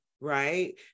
right